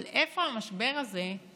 ואת השוויון שלנו.